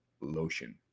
lotion